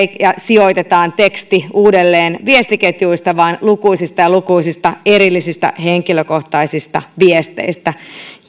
ja sijoitetaan teksti uudelleen viestiketjuista vaan lukuisista ja lukuisista erillisistä henkilökohtaisista viesteistä